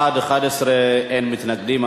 בעד, 11, אין מתנגדים.